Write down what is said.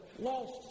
lost